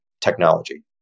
technology